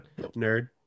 nerd